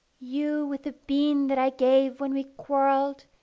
you with the bean that i gave when we quarrelled,